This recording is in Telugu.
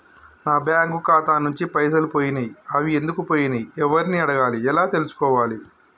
నా బ్యాంకు ఖాతా నుంచి పైసలు పోయినయ్ అవి ఎందుకు పోయినయ్ ఎవరిని అడగాలి ఎలా తెలుసుకోవాలి?